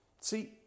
See